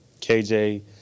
KJ